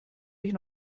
ich